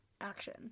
action